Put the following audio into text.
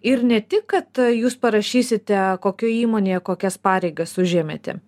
ir ne tik kad jūs parašysite kokioj įmonėje kokias pareigas užėmėte